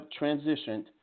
transitioned